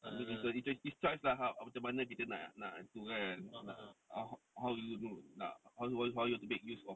I mean it's your it's choice lah how macam mana kita nak nak tu kan how how you nak nak how you want to make use of